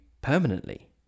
permanently